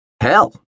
Hell